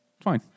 fine